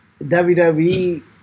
WWE